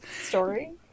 story